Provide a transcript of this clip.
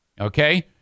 Okay